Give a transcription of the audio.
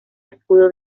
escudo